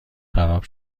خراب